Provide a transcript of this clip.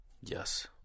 Yes